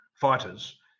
fighters